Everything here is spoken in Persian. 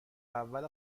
اول